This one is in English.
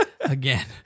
again